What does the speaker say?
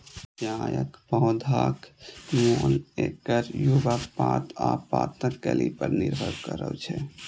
चायक पौधाक मोल एकर युवा पात आ पातक कली पर निर्भर करै छै